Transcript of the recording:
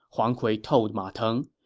huang kui told ma teng.